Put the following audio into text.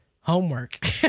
homework